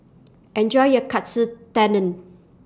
Enjoy your Katsu Tendon